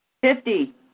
Fifty